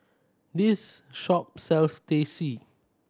this shop sells Teh C